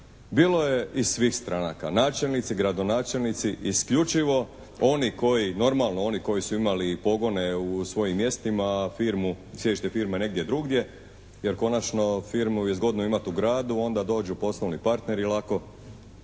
Bilo je iz svih stranaka, načelnici, gradonačelnici. Isključivo oni koji normalno oni koji su imali i pogone u svojim mjestima, sjedište firme negdje drugdje jer konačno firmu je zgodno imati u gradu. Onda dođu poslovni partneri lako.